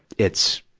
it's,